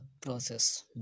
process